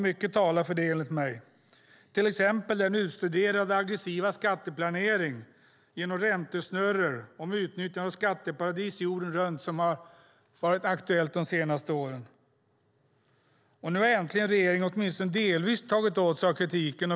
Mycket talar för det. Det gäller till exempel den utstuderade aggressiva skatteplanering genom räntesnurror och utnyttjande av skatteparadis jorden runt som har varit aktuell de senaste åren. Nu har regeringen äntligen åtminstone delvis tagit åt sig av kritiken.